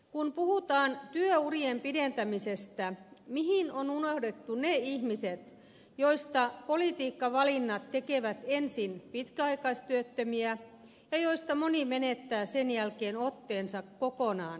kun puhutaan työurien pidentämisestä mihin on unohdettu ne ihmiset joista politiikkavalinnat tekevät ensin pitkäaikaistyöttömiä ja joista moni menettää sen jälkeen otteensa työelämästä kokonaan